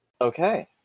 Okay